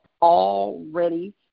already